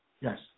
Yes